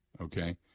okay